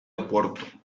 oporto